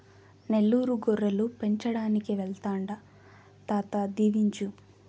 నెల్లూరు గొర్రెలు పెంచడానికి వెళ్తాండా తాత దీవించు